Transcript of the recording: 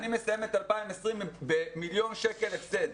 אני מסיים את 2020 במיליון שקל הפסד.